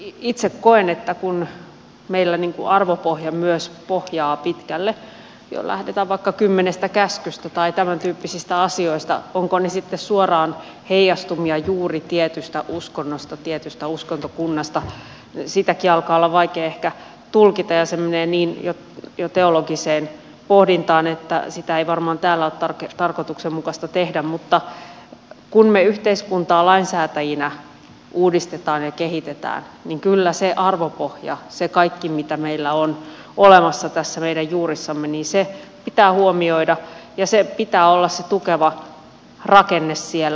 itse koen että kun meillä arvopohja myös pohjaa pitkälle lähdetään vaikka jo kymmenestä käskystä tai tämän tyyppisistä asioista ovatko ne sitten suoraan heijastumia juuri tietystä uskonnosta tietystä uskontokunnasta sitäkin alkaa olla vaikea ehkä tulkita ja se menee jo niin teologiseen pohdintaan että sitä ei varmaan täällä ole tarkoituksenmukaista tehdä niin kun me yhteiskuntaa lainsäätäjinä uudistamme ja kehitämme niin kyllä se arvopohja se kaikki mitä meillä on olemassa näissä meidän juurissamme pitää huomioida ja sen pitää olla se tukeva rakenne siellä